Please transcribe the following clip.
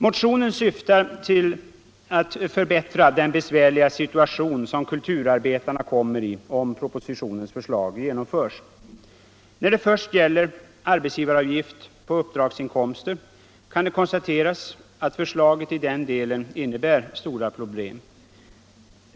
Motionen syftar till att förbättra den besvärliga situation som kulturarbetarna kommer i om propositionens förslag genomförs. När det först gäller arbetsgivaravgift på uppdragsinkomster kan det konstateras att förslaget i den delen innebär stora problem.